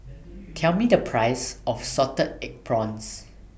Tell Me The Price of Salted Egg Prawns